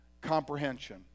comprehension